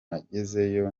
nagezeyo